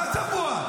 מה צבוע?